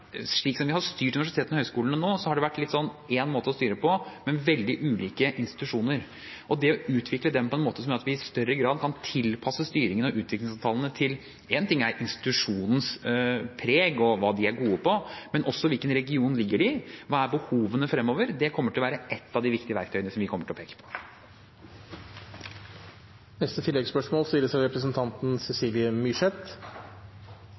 slik vi har styrt universitetene og høyskolene nå, har det vært litt sånn én måte å styre på, men veldig ulike institusjoner. Vi må utvikle dem på en måte som gjør at vi kan tilpasse styringen og utviklingsavtalene til ikke bare institusjonenes preg og hva de er gode på – det er én ting – men også hvilken region de ligger i, og hva som er behovene fremover. Det kommer til å være ett av de viktige verktøyene vi kommer til å peke på. Det blir oppfølgingsspørsmål – først Cecilie Myrseth.